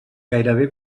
gairebé